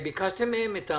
ביקשתם מהם את הפירוט?